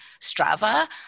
Strava